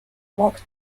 blocked